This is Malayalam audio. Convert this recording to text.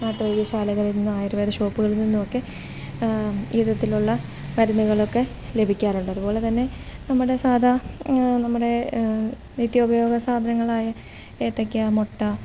നാട്ടുവൈദ്യശാലകളിൽ നിന്നും ആയുർവേദ ഷോപ്പുകളിൽനിന്നുമൊക്കെ ഈ വിധത്തിലുള്ള മരുന്നുകളൊക്കെ ലഭിക്കാറുണ്ട് അതുപോലേതന്നെ നമ്മുടെ സാധാ നമ്മുടെ നിത്യോപയോഗസാധനങ്ങളായ ഏത്തയ്ക്ക മുട്ട